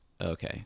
okay